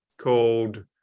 called